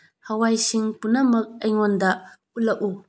ꯍꯋꯥꯏꯁꯤꯡ ꯄꯨꯝꯅꯃꯛ ꯑꯩꯉꯣꯟꯗ ꯎꯠꯂꯛꯎ